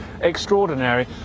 extraordinary